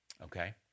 Okay